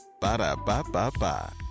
Ba-da-ba-ba-ba